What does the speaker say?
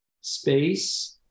space